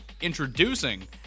Introducing